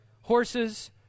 horses